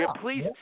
Please